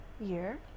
year